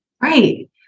Right